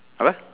apa